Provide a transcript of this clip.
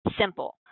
simple